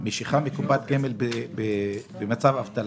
משיכה מקופת גמל במצב אבטלה.